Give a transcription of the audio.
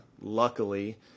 Luckily